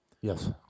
Yes